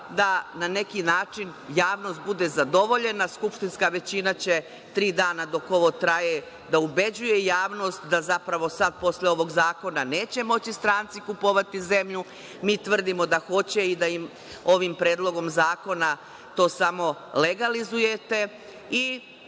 da, na neki način, javnost bude zadovoljena, skupštinska većina će tri dana dok ovo traje da ubeđuje javnost da, zapravo sad, posle ovog zakona neće moći stranci kupovati zemlju. Mi tvrdimo da hoće i da im ovim predlogom zakona to samo legalizujete.